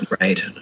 Right